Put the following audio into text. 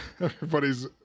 everybody's